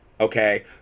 okay